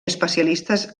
especialistes